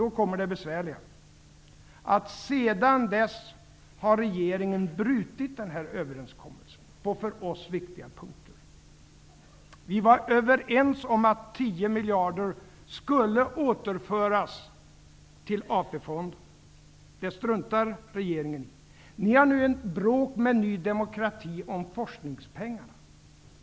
Då kommer det besvärliga, att sedan dess har regeringen brutit överenskommelsen på för oss viktiga punkter. Vi var överens om att 10 miljarder skulle återföras till AP-fonden. Det struntar regeringen i. Ni har nu bråk med Ny demokrati om forskningspengarna.